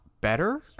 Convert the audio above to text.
better